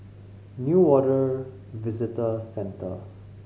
Newater Visitor Centre